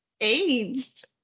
aged